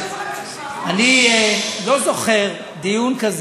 שסירסת אותו, הוצאת ממנו את כל,